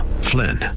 Flynn